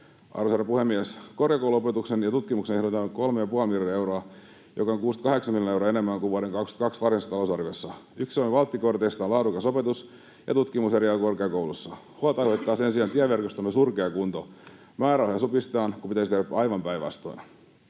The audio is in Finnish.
Arvoisa herra puhemies! Korkeakouluopetukseen ja tutkimukseen ehdotetaan 3,5 miljardia euroa, joka on 68 miljoonaa euroa enemmän kuin vuoden 22 varsinaisessa talousarviossa. Yksi Suomen valttikorteista on laadukas opetus ja tutkimus eri alojen korkeakouluissa. Huolta aiheuttaa sen sijaan tieverkostomme surkea kunto. Määrärahoja supistetaan, kun pitäisi tehdä aivan päinvastoin.